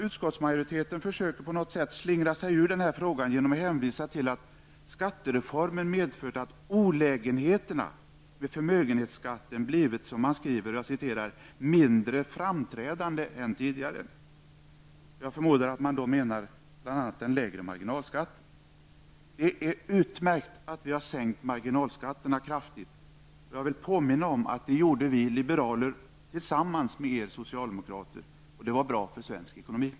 Utskottsmajoriteten försöker slingra sig ur denna fråga genom att hänvisa till att skattereformen medfört att olägenheterna med förmögenhetsskatten blivit som man skriver ''mindre framträdande än tidigare''. Jag förmodar att man då menar bl.a. den lägre marginalskatten. Det är utmärkt att vi har sänkt marginalskatterna kraftigt, och jag vill påminna om att det gjorde vi liberaler tillsammans med er socialdemokrater och det var bra för svensk ekonomi.